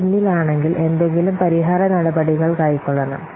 നാം പിന്നിലാണെങ്കിൽ എന്തെങ്കിലും പരിഹാര നടപടികൾ കൈക്കൊള്ളണം